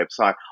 website